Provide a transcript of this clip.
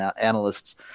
analysts